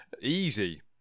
Easy